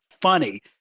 funny